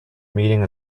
meeting